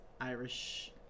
Irish